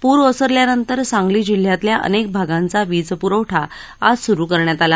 प्र ओसरल्यानंतर सांगली जिल्ह्यातल्या अनेक भागांचा वीजप्रवठा आज सुरू करण्यात आला